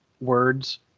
words